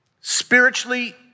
Spiritually